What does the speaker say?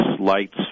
lights